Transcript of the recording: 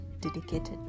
dedicated